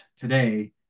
today